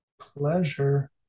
pleasure